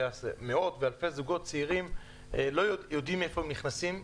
שמאות ואלפי זוגות צעירים יודעים לאיפה הם נכנסים,